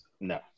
no